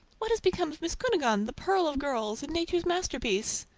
what has become of miss cunegonde, the pearl of girls, and nature's masterpiece?